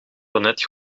zonet